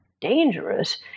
dangerous